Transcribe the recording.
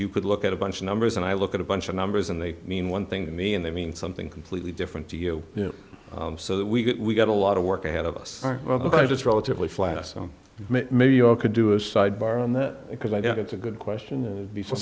you could look at a bunch of numbers and i look at a bunch of numbers and they mean one thing to me and they mean something completely different to you so that we got a lot of work ahead of us are just relatively flat so maybe your could do a sidebar on that because i didn't get a good question before